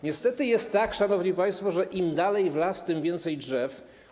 Niestety jest tak, szanowni państwo, że im dalej w las, tym więcej drzew.